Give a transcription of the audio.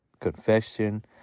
confession